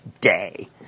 day